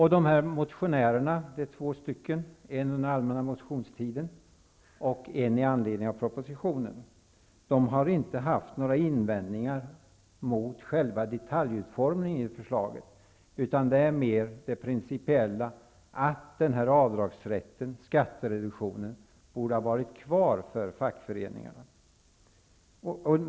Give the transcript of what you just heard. I de två motionerna -- en från allmänna motionstiden och en med anledning av propositionen -- har det inte gjorts några invändningar mot detaljutformningen av förslaget, utan de gäller mera det principiella att avdragsrätten, skattereduktionen, borde ha varit kvar för fackföreningsavgifterna.